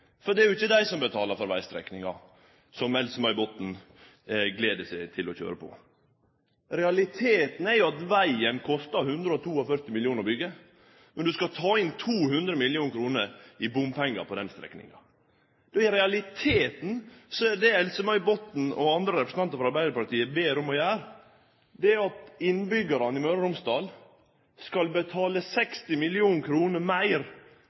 for det er jo ikkje dei som betaler for vegstrekninga som Else-May Botten gleder seg til å kjøre på. Realiteten er jo at vegen kostar 142 mill. kr å byggje. Når du skal ta inn 200 mill. kr i bompengar på denne strekninga, då er realiteten – det Else-May Botten og andre representantar frå Arbeidarpartiet ber om – at innbyggjarane i Møre og Romsdal skal betale 60 mill. kr meir